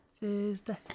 Thursday